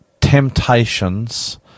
temptations